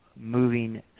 moving